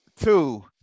two